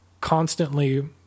constantly